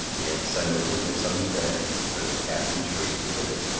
yes, i know it is midsummer's day, but as the captain tersely put it,